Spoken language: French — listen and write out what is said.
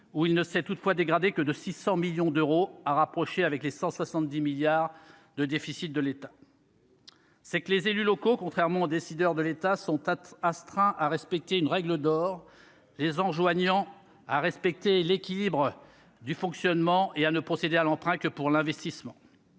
où il ne s'est toutefois dégradée que de 600 millions d'euros à rapprocher avec les 170 milliards de déficit de l'État. C'est que les élus locaux, contrairement aux décideurs de l'État sont astreint à respecter une règle d'or, les enjoignant à respecter l'équilibre du fonctionnement et à ne procéder à l'emprunt que pour l'investissement.